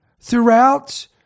throughout